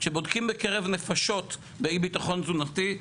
כשבודקים בקרב נפשות באי ביטחון תזונתי,